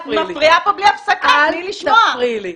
אל תפריעי לי?